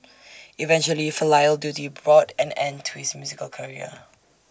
eventually filial duty brought an end to his musical career